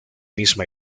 misma